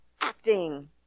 acting